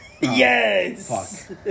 Yes